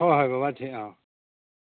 ꯍꯣꯏ ꯍꯣꯏ ꯕꯕꯥ ꯑꯥ